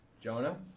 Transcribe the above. Jonah